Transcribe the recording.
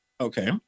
Okay